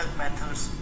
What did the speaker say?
methods